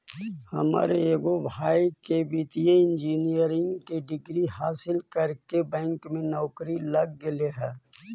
हमर एगो भाई के वित्तीय इंजीनियरिंग के डिग्री हासिल करके बैंक में नौकरी लग गेले हइ